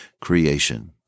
creation